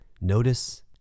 Notice